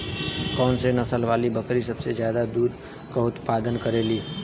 कौन से नसल वाली बकरी सबसे ज्यादा दूध क उतपादन करेली?